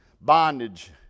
bondage